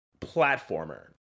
platformer